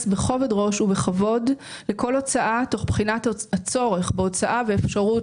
בכובד ראש ובכבוד לכל הוצאה תוך בחינת הצורך בהוצאה ואפשרות